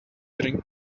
ring